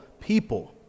people